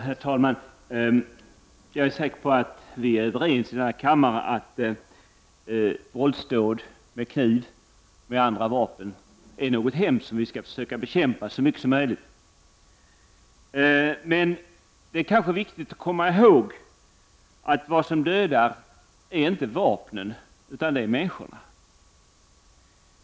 Herr talman! Jag är säker på att vi här i kammaren är överens om att våldsdåd med kniv eller andra vapen är något hemskt som vi skall försöka bekämpa så mycket som möjligt. Men det är viktigt att komma ihåg att vad som dödar inte är vapnen utan människorna.